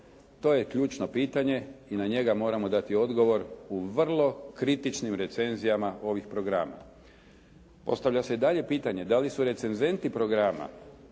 To je ključno pitanje i na njega moramo dati odgovor u vrlo kritičnim recenzijama ovih programa. Postavlja se i dalje pitanje da li su recenzenti programa